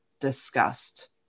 discussed